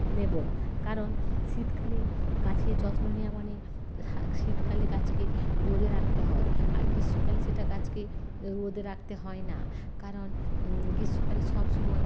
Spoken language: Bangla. নেব কারণ শীতকালে গাছের যত্ন নেওয়া মানে শীতকালে গাছকে রোদে রাখতে হয় আর গ্রীষ্মকালে সেটা গাছকে রোদে রাখতে হয় না কারণ গ্রীষ্মকালে সবসময়